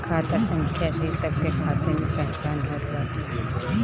खाता संख्या से ही सबके खाता के पहचान होत बाटे